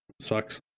sucks